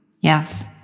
Yes